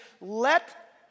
let